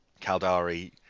kaldari